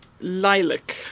Lilac